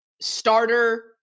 starter